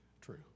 true